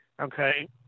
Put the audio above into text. okay